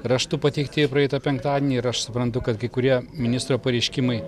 raštu pateikti praeitą penktadienį ir aš suprantu kad kai kurie ministro pareiškimai